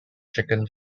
chicken